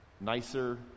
nicer